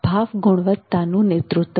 ભાવ ગુણવત્તાનું નેતૃત્વ